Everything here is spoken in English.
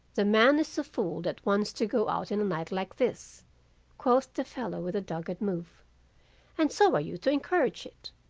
the man is a fool that wants to go out in a night like this quoth the fellow with a dogged move and so are you to encourage it.